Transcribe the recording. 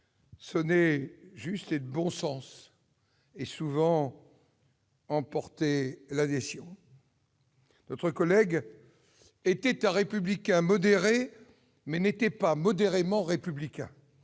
sonnaient juste et emportaient bien souvent l'adhésion. Notre collègue était un républicain modéré, mais n'était pas modérément républicain.